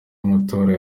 amatora